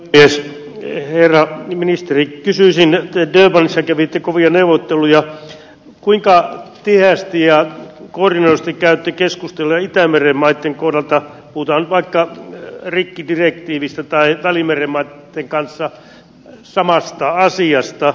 mies ei herra ministeri kyseisenä valse kävi kovia neuvotteluja on kuinka tiheästi ja korjasi käytti keskustella itämeren maitten korkeat puut on vaikka rikkidirektiivistä tai välimeren maitten kanssa samasta asiasta